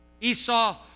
Esau